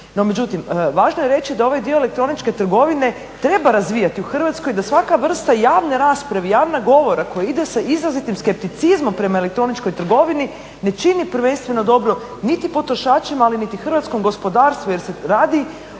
No međutim, važno je reći da ovaj dio elektroničke trgovine treba razvijati u Hrvatskoj, da svaka vrsta javne rasprave, javnog govora koji ide sa izrazitim skepticizmom prema elektroničkoj trgovini ne čini prvenstveno dobro niti potrošačima, ali niti hrvatskom gospodarstvu jer se radi